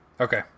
Okay